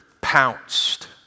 pounced